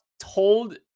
told